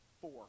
Four